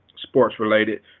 sports-related